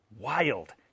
Wild